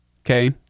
Okay